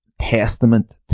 testament